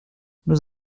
nous